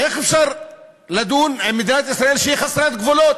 איך אפשר לדון עם מדינת ישראל שהיא חסרת גבולות?